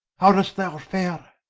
how do'st thou fare?